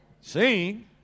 Sing